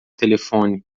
telefone